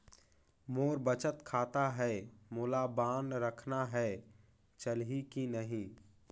मोर बचत खाता है मोला बांड रखना है चलही की नहीं?